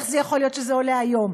איך זה יכול להיות שזה עולה היום.